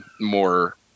more